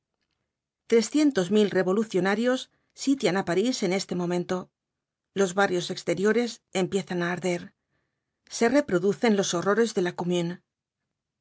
trescientos mil revolucionarios sitian á parís en este momento los barrios exteriores empiezan á arder se reproducen los horrores de la